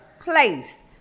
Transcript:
place